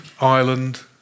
Ireland